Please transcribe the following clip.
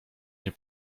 nie